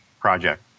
project